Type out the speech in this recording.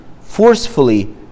forcefully